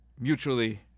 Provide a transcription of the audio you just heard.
mutually